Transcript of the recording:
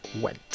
went